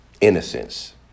innocence